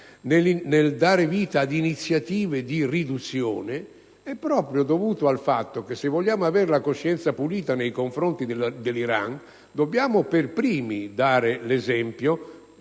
- a dare vita ad iniziative di riduzione è proprio il fatto che, se vogliamo avere la coscienza pulita nei confronti dell'Iran, dobbiamo, noi per primi, dare l'esempio